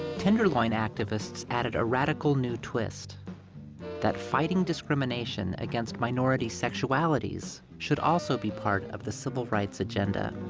tenderloin activists added a radical new twist that fighting discrimination against minority sexualities should also be part of the civil rights agenda.